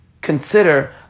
consider